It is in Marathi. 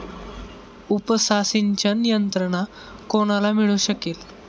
उपसा सिंचन यंत्रणा कोणाला मिळू शकेल?